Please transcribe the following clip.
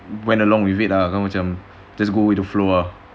went along with it kau macam just go with the flow ah